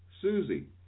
Susie